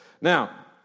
Now